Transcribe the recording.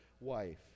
wife